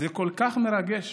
זה כל כך מרגש.